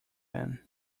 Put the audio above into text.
him